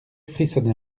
frissonnait